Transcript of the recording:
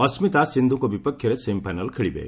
ଅଶ୍ୱିତା ସିନ୍ଧୁଙ୍କ ବିପକ୍ଷରେ ସେମିଫାଇନାଲ୍ ଖେଳିବେ